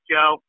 Joe